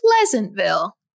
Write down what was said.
pleasantville